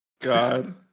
God